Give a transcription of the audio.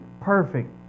perfect